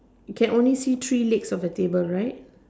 can only see three legs of the table right